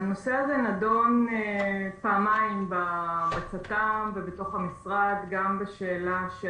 הנושא הזה נדון פעמיים בצט”ם ובתוך המשרד גם בשאלה של